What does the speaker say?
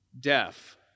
Deaf